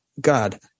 God